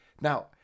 Now